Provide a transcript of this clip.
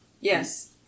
Yes